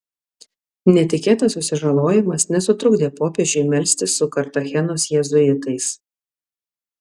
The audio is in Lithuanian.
netikėtas susižalojimas nesutrukdė popiežiui melstis su kartachenos jėzuitais